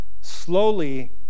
slowly